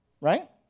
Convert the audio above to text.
right